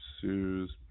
sues